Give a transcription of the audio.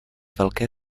velké